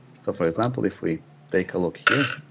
so for example, if we take a look here,